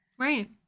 Right